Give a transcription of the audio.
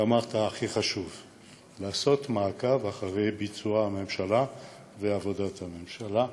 ואמרת: הכי חשוב זה לעשות מעקב אחרי ביצוע הממשלה ועבודת הממשלה,